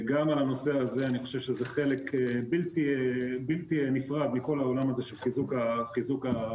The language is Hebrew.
גם חושב שזה חלק בלתי נפרד מכל העולם הזה של חיזוק ההיי-טק.